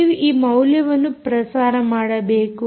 ನೀವು ಈ ಮೌಲ್ಯವನ್ನು ಪ್ರಸಾರ ಮಾಡಬೇಕು